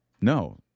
No